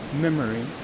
memory